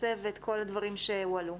צוות וכל הדברים שעלו.